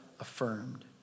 affirmed